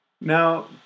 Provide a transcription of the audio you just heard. Now